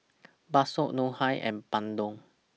Bakso Ngoh Hiang and Bandung